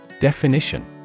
Definition